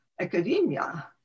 academia